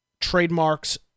trademarks